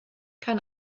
kann